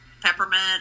peppermint